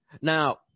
Now